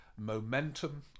momentum